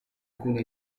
alcune